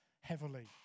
heavily